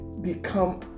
become